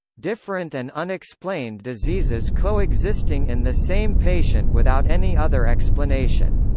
different and unexplained diseases coexisting in the same patient without any other explanation.